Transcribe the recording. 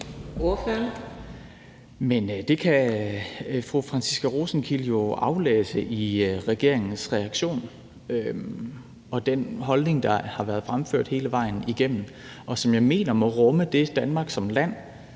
Det kan fru Franciska Rosenkilde jo aflæse på regeringens reaktion og den holdning, der har været fremført hele vejen igennem, og som jeg mener må rumme det, Danmark som land